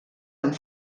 amb